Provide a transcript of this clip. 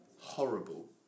horrible